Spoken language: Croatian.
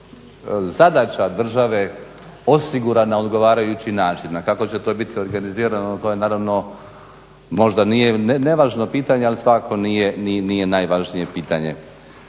zadaća države osiguran na odgovarajući način. Kako će to biti organizirano to je naravno možda nije nevažno pitanje ali svakako nije najvažnije pitanje.